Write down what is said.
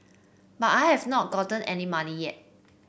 but I have not gotten any money yet